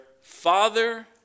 father